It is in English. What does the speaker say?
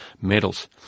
medals